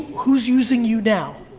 who's using you now?